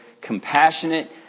compassionate